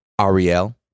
Ariel